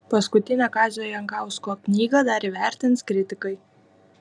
paskutinę kazio jankausko knygą dar įvertins kritikai